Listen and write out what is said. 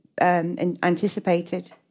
anticipated